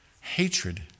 hatred